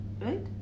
Right